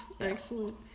excellent